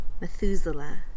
Methuselah